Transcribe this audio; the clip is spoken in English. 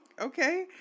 okay